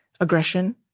aggression